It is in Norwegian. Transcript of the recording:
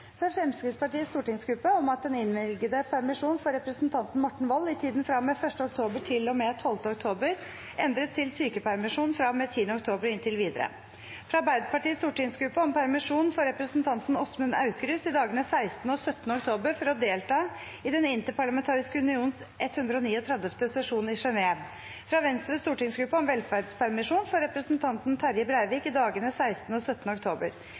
fra Fremskrittspartiets stortingsgruppe om at den innvilgede permisjonen for representanten Morten Wold i tiden fra og med 1. oktober til og med 12. oktober endres til sykepermisjon fra og med 10. oktober og inntil videre fra Arbeiderpartiets stortingsgruppe om permisjon for representanten Åsmund Aukrust i dagene 16. og 17. oktober for å delta i Den interparlamentariske unions 139. sesjon i Genève fra Venstres stortingsgruppe om velferdspermisjon for representanten Terje Breivik i dagene 16.og 17. oktober.